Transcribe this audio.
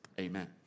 Amen